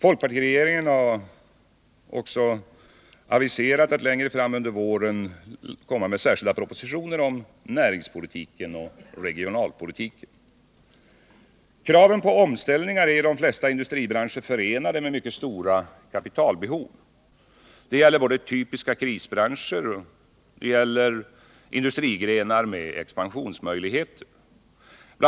Folkpartiregeringen har också aviserat att längre fram under våren lägga fram särskilda propositioner om näringspolitiken och regionalpolitiken. Kraven på omställningar är i de flesta industribranscher förenade med mycket stora kapitalbehov. Det gäller både typiska krisbranscher och industrigrenar med expansionsmöjligheter. Bl.